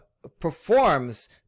Performs